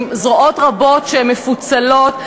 עם זרועות רבות שמפוצלות,